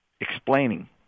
explaining